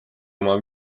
oma